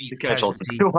casualties